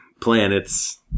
planets